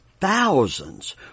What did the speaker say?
Thousands